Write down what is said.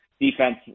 defense